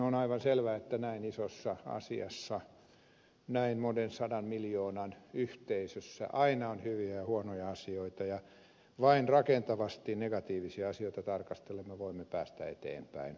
on aivan selvää että näin isossa asiassa näin monen sadan miljoonan yhteisössä aina on hyviä ja huonoja asioita ja vain rakentavasti negatiivisia asioita tarkastellen me voimme päästä eteenpäin